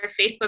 Facebook